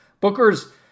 Booker's